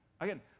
Again